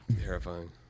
Terrifying